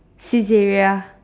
Saizeriya